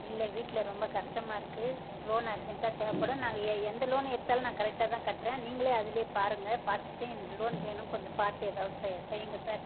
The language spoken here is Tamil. இல்லை வீட்டில் ரொம்ப கஷ்டமா இருக்குது லோன் அர்ஜெண்ட்டாக தேவைப்படும் நாங்கள் ஏ எந்த லோன் எடுத்தாலும் நான் கரெக்டாகதான் கட்டுறேன் நீங்களே அதிலே பாருங்க பார்த்துட்டு எனக்கு லோன் வேணும் கொஞ்சம் பார்த்து ஏதாவது செ செய்யுங்க சார்